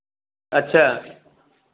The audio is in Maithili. अच्छा